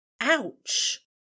ouch